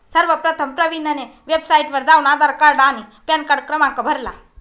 सर्वप्रथम प्रवीणने वेबसाइटवर जाऊन आधार कार्ड आणि पॅनकार्ड क्रमांक भरला